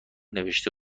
نوشته